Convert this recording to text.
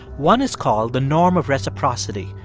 one is called the norm of reciprocity.